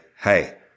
Hey